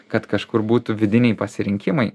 kad kažkur būtų vidiniai pasirinkimai